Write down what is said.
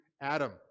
Adam